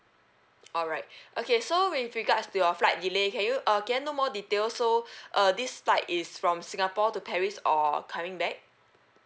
alright okay so with regards to your flight delay can you uh can I know more details so uh this flight is from singapore to paris or coming back